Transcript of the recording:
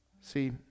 See